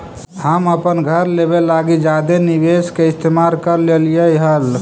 हम अपन घर लेबे लागी जादे निवेश के इस्तेमाल कर लेलीअई हल